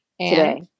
Today